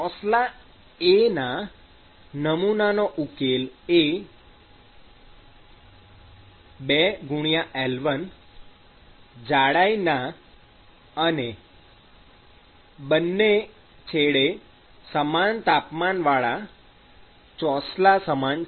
ચોસલા A ના નમૂનાનો ઉકેલ એ 2L1 જાડાઈના અને બંને છેડે સમાન તાપમાનવાળા ચોસલા સમાન છે